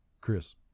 chris